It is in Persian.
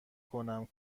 کنم